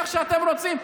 איך שאתם רוצים.